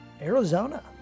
Arizona